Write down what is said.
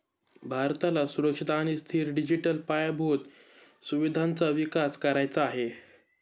भारताला सुरक्षित आणि स्थिर डिजिटल पायाभूत सुविधांचा विकास करायचा आहे